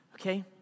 okay